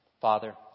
Father